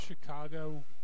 Chicago